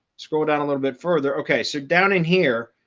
scroll down a little bit further. okay, so down in here,